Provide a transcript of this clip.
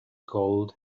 gold